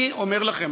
אני אומר לכם,